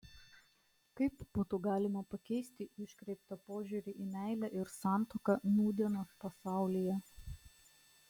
kaip būtų galima pakeisti iškreiptą požiūrį į meilę ir santuoką nūdienos pasaulyje